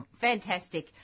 Fantastic